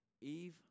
Eve